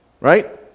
right